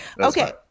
Okay